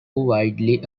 widely